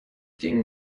ging